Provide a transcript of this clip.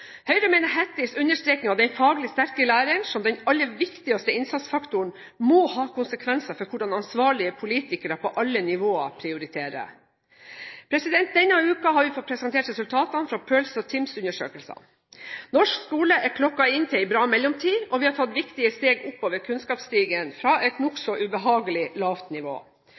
Høyre mener Hatties understreking av den faglig sterke læreren som den aller viktigste innsatsfaktoren, må ha konsekvenser for hvordan ansvarlige politikere på alle nivåer prioriterer. Denne uken har vi fått presentert resultatene fra PIRLS- og TIMSS-undersøkelsene. Norsk skole er klokket inn til en bra mellomtid, og vi har tatt viktige steg oppover kunnskapsstigen fra et nokså ubehagelig lavt nivå.